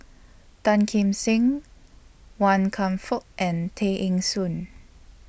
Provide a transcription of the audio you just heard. Tan Kim Seng Wan Kam Fook and Tay Eng Soon